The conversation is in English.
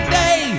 day